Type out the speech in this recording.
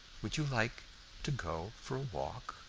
would you like to go for a walk?